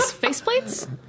Faceplates